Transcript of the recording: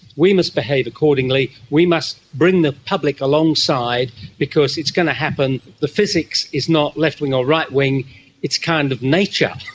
we must behave accordingly, we must bring the public alongside because it's going to happen, the physics is not left-wing or right-wing it's kind of nature,